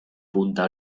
punta